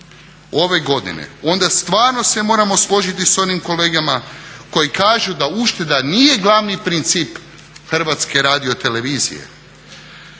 ove godine onda stvarno se moramo složiti sa onim kolegama koji kažu da ušteda nije glavni princip Hrvatske radiotelevizije.